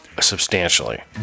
Substantially